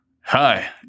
Hi